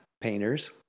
painters